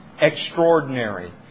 extraordinary